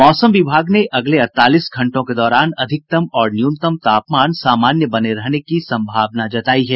मौसम विभाग ने अगले अड़तालीस घंटो के दौरान अधिकतम और न्यूनतम तापमान सामान्य बने रहने की संभावना जतायी है